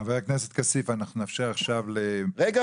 --- חבר הכנסת כסיף אנחנו נאפשר עכשיו ל --- רגע,